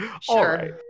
Sure